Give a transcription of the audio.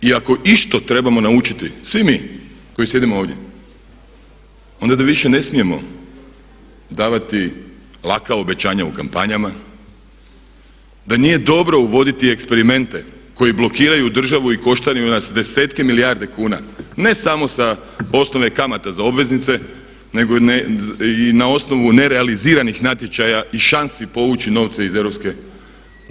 I ako išto trebamo naučiti svi mi koji sjedimo ovdje, onda da više ne smijemo davati laka obećanja u kampanjama, da nije dobro uvoditi eksperimente koji blokiraju državu i koštaju nas desetke milijarde kuna ne samo sa osnove kamata za obveznice nego i na osnovu nerealiziranih natječaja i šansi povući novce iz EU.